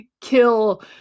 kill